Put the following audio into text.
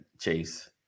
chase